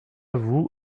vous